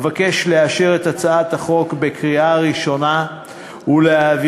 אבקש לאשר את הצעת החוק בקריאה ראשונה ולהעבירה